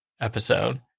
episode